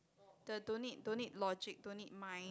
the don't need don't need logic don't need mind